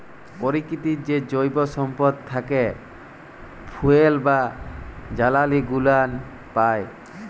পরকিতির যে জৈব সম্পদ থ্যাকে ফুয়েল বা জালালী গুলান পাই